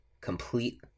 complete